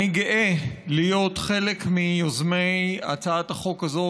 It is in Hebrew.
אני גאה להיות מיוזמי הצעת החוק הזאת